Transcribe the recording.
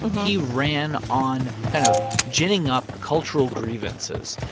he ran on kind of ginning up cultural grievances,